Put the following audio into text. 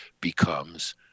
becomes